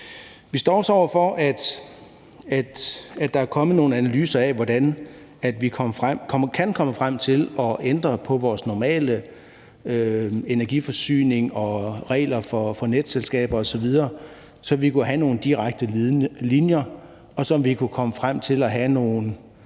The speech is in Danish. Vi står også over for at se på nogle analyser, der er kommet, af, hvordan vi kan komme frem til at ændre på vores normale energiforsyning og reglerne for netselskaber osv., så vi kan have nogle direkte linjer, og så vi kan komme frem til at have nogle